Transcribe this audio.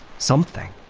something